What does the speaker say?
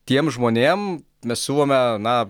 tiem žmonėm mes siūlome na